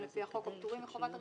לפי החוק או פטורים מחובת הרישוי"?